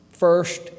First